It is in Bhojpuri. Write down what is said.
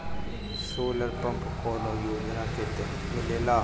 सोलर पम्प कौने योजना के तहत मिलेला?